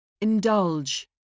Indulge